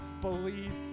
believe